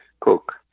cook